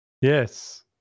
Yes